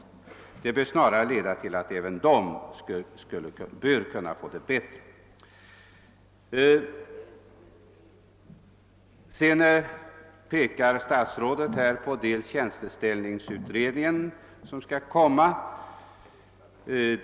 Det bör snarare leda till att även de har behov av att få det bättre. Sedan pekar statsrådet på bl.a. den tjänsteställningsorganisation som skall komma.